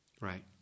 Right